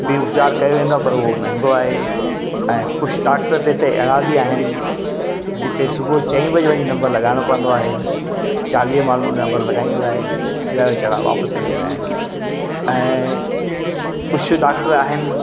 बि उपचार कयो वेंदो आहे पर उहो महांगो आहे ऐं कुझु डॉक्टर त हिते अहिड़ा बि आहिनि जिते सुबुहु चई वजे वञी नंबर लॻाइणो पवंदो आहे चालीह माण्हुनि लाइ नंबर लॻाईंदो आहे ॿिया विचारा वापसि हली वेंदा आहिनि ऐं कुझु डॉक्टर आहिनि